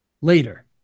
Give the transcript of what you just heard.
later